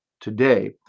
today